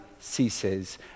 ceases